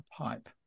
Pipe